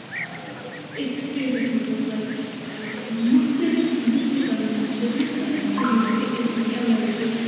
أکِس سِٹِیٖٹَس منٛز لَیہِ مُختلِف ڈِسٹِکَن منٛز یہِ چِھ مُختَلِف طرِیٖقو یِتھٕے کٔنی ایولِیبٕل